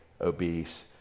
obese